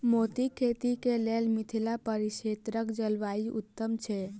मोतीक खेती केँ लेल मिथिला परिक्षेत्रक जलवायु उत्तम छै?